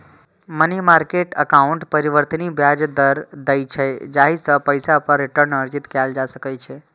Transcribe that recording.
money market account परिवर्तनीय ब्याज दर दै छै, जाहि सं पैसा पर रिटर्न अर्जित कैल जा सकै छै